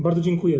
Bardzo dziękuję.